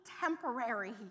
temporary